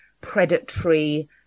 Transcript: predatory